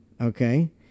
Okay